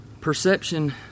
Perception